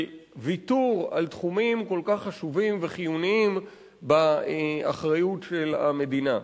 של ויתור על תחומים כל כך חשובים וחיוניים באחריות של המדינה.